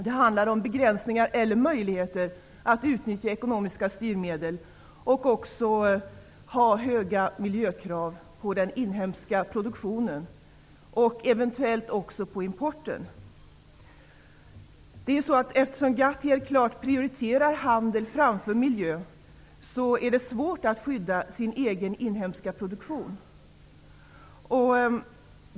Den handlar om begränsningar eller möjligheter att utnyttja ekonomiska styrmedel och också att ha höga miljökrav på den inhemska produktionen, eventuellt också på importen. Eftersom GATT helt klart prioriterar handel framför miljö är det svårt att skydda den inhemska produktionen.